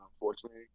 unfortunately